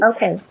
Okay